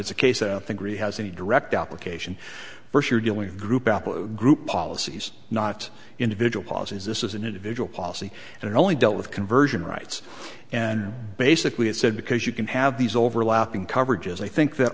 it's a case i think really has a direct application for sure dealing group group policies not individual policies this is an individual policy and it only dealt with conversion rights and basically it said because you can have these overlapping coverages i think that